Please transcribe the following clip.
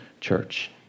Church